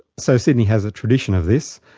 so sydney has a tradition of this.